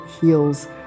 heals